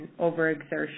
overexertion